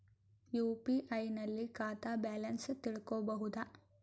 UPI ನಲ್ಲಿ ಖಾತಾ balance ತಿಳಕೊ ಬಹುದಾ?